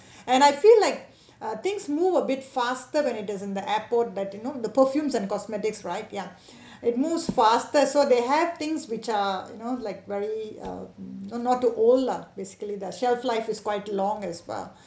and I feel like things move a bit faster when it is in the airport that you know the perfumes and cosmetics right ya it moves faster so they have things which are you know like very err not not too old lah basically their shelf life is quite long as well